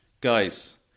Guys